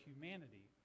humanity